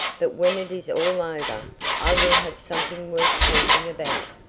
but when it is all over i will have something worth talking about,